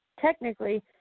Technically